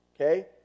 Okay